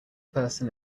person